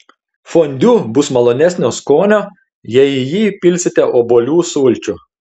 fondiu bus malonesnio skonio jei į jį įpilsite obuolių sulčių